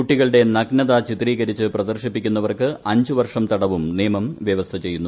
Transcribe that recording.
കുട്ടികളുടെ നഗ്നത ചിത്രീകരിച്ച് പ്രദർശിപ്പിക്കുന്ന്വർക്ക് അഞ്ച് വർഷം തടവും നിയമം വ്യവസ്ഥ ചെയ്യുന്നു